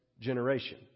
generation